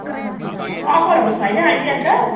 ए अफरहरू छैन अहिले अनि त